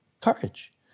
Courage